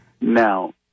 Now